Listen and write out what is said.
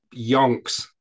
yonks